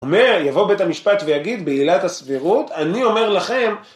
אומר, יבוא בית המשפט ויגיד, בעילת הסבירות, אני אומר לכם